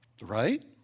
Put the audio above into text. Right